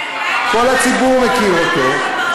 כל הציבור מכיר אותו.